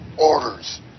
orders